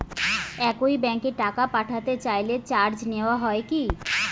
একই ব্যাংকে টাকা পাঠাতে চাইলে চার্জ নেওয়া হয় কি?